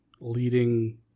leading